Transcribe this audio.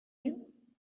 you